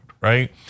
right